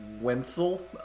Wenzel